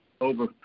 over